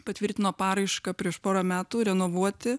patvirtino paraišką prieš porą metų renovuoti